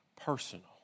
personal